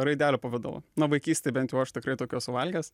raidelių pavidalo na vaikystėj bent jau aš tikrai tokių esu valgęs